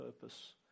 purpose